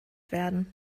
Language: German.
werden